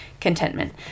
contentment